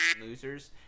losers